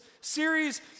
series